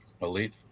Elite